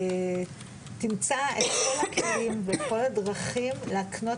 תמצא את כל הכלים ואת כל הדרכים להקנות